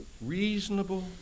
reasonable